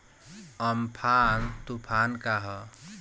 Amphan तुफान का ह?